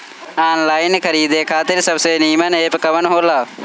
Online खरीदे खातिर सबसे नीमन एप कवन हो ला?